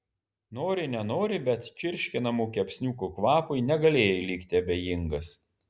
nori nenori bet čirškinamų kepsniukų kvapui negalėjai likti abejingas